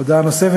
הודעה נוספת,